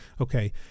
Okay